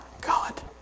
God